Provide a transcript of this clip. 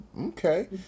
Okay